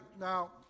Now